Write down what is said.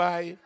Bye